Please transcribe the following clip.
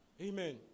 Amen